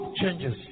changes